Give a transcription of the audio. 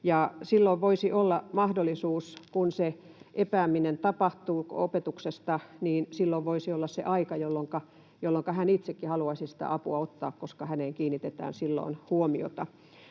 Silloin voisi olla mahdollisuus, että kun se epääminen opetuksesta tapahtuu, silloin voisi olla se aika, jolloinka hän itsekin haluaisi sitä apua ottaa, koska häneen kiinnitetään silloin huomiota.